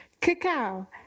cacao